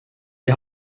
die